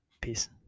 Peace